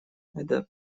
это